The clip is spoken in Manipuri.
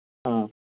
ꯑꯥ